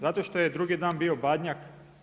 Zato što je drugi dan bio Badnjak?